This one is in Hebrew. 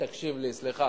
זו פגיעה בזכות